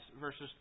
verses